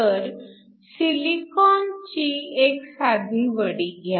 तर सिलिकॉनचा एक साधी वडी घ्या